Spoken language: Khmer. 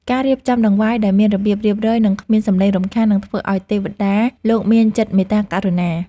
ការរៀបចំដង្វាយដោយមានរបៀបរៀបរយនិង គ្មានសំឡេងរំខាននឹងធ្វើឱ្យទេវតាលោកមានចិត្តមេត្តាករុណា។